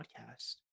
podcast